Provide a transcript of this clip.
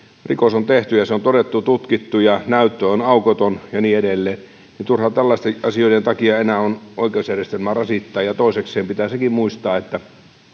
rikos on tehty ja se on todettu tutkittu ja näyttö on aukoton ja niin edelleen niin turha tällaisten asioiden takia enää on oikeusjärjestelmää rasittaa ja toisekseen pitää sekin muistaa että jos